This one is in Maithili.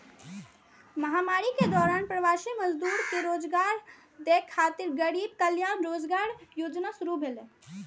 महामारी के दौरान प्रवासी मजदूर कें रोजगार दै खातिर गरीब कल्याण रोजगार योजना शुरू भेलै